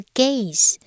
gaze 。